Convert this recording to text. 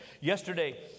Yesterday